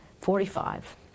Forty-five